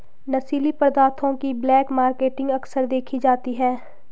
नशीली पदार्थों की ब्लैक मार्केटिंग अक्सर देखी जाती है